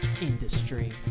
industry